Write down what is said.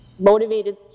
Motivated